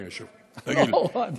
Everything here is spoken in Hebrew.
אדוני היושב-ראש,